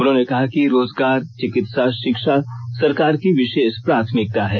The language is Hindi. उन्हांने कहा कि रोजगार चिकित्सा और शिक्षा सरकार की विषेष प्राथमिकता है